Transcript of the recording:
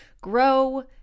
grow